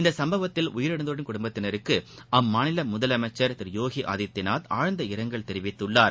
இச்சுப்பவத்தில் உயிரிழந்தோரின் குடும்பத்தினருக்கு அம்மாநில முதலமைச்சர் திரு யோகி ஆதித்யநாத் ஆழ்ந்த இரங்கல் தெரிவித்துள்ளார்